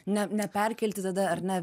ne neperkelti tada ar ne